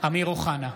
אמיר אוחנה,